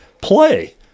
play